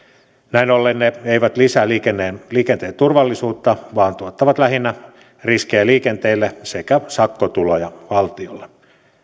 näin ollen ne eivät lisää liikenteen liikenteen turvallisuutta vaan tuottavat lähinnä riskejä liikenteelle sekä sakkotuloja valtiolle